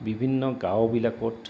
বিভিন্ন গাঁওবিলাকত